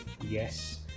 Yes